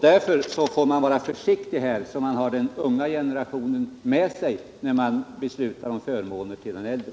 Därför får man vara försiktig så att man har den unga generationen med sig när man beslutar om förmåner till den äldre.